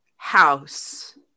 house